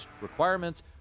requirements